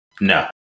No